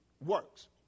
works